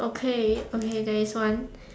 okay okay there is one